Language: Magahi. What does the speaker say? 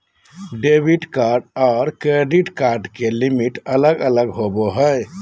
डेबिट कार्ड आर क्रेडिट कार्ड के लिमिट अलग अलग होवो हय